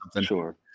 sure